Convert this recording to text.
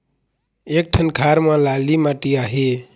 एक ठन खार म लाली माटी आहे?